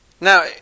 Now